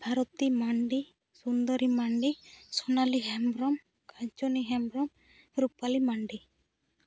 Bharati Mandi Sundari Mandi Sonali Hembrom Kanchani Hembrom Rupali Mandi